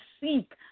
seek